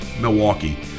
Milwaukee